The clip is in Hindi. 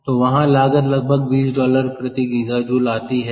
तो वहाँ लागत लगभग 20 डॉलर प्रति GJ आती है